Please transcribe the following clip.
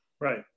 Right